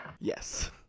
yes